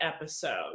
episode